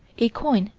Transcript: a coin,